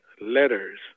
letters